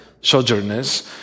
sojourners